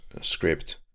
script